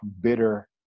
bitter